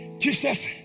Jesus